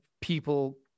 people